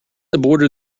aborted